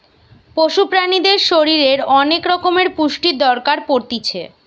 পশু প্রাণীদের শরীরের অনেক রকমের পুষ্টির দরকার পড়তিছে